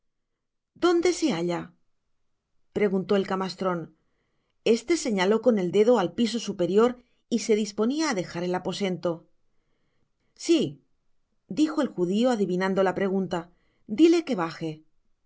dónde se halla preguntó al camastron este señaló con el dedo el piso superior y se disponia á dejar el aposento si dijo el judio adivinando la pregunta dile que baje